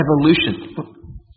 evolution